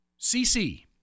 CC